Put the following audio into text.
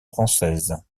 française